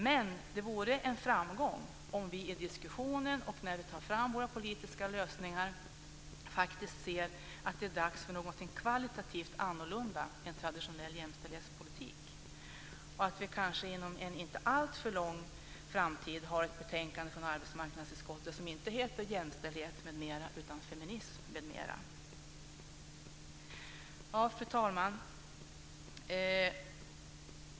Men det vore en framgång om vi i diskussionen och när vi tar fram våra politiska lösningar faktiskt ser att det är dags för någonting kvalitativt annorlunda än traditionell jämställdhetspolitik och att vi kanske inom en inte alltför lång framtid har ett betänkande från arbetsmarknadsutskottet som inte heter Jämställdhet m.m. utan Feminism m.m. Fru talman!